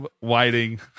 waiting